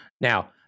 Now